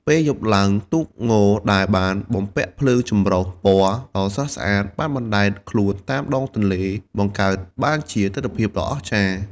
ពេលយប់ឡើង ទូកងដែលបានបំពាក់ភ្លើងចម្រុះពណ៌ដ៏ស្រស់ស្អាត បានបណ្ដែតខ្លួនតាមដងទន្លេ បង្កើតបានជាទិដ្ឋភាពដ៏អស្ចារ្យ។